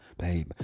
babe